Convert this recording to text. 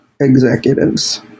executives